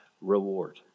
reward